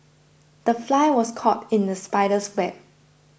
the fly was caught in the spider's web